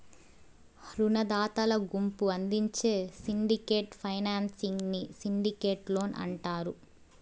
రునదాతల గుంపు అందించే సిండికేట్ ఫైనాన్సింగ్ ని సిండికేట్ లోన్ అంటారు